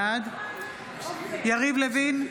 בעד יריב לוין,